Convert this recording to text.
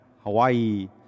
Hawaii